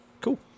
Cool